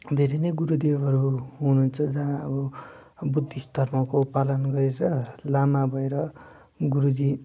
धेरै नै गुरुदेवहरू हुनुहुन्छ जहाँ अब बुद्धिस्ट धर्मको पालन गरेर लामा भएर गुरुजी